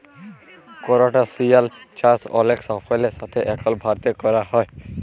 করসটাশিয়াল চাষ অলেক সাফল্যের সাথে এখল ভারতে ক্যরা হ্যয়